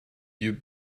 yeux